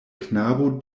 knabo